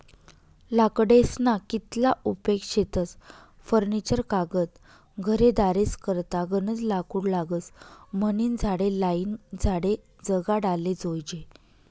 लाकडेस्ना कितला उपेग शेतस फर्निचर कागद घरेदारेस करता गनज लाकूड लागस म्हनीन झाडे लायीन झाडे जगाडाले जोयजे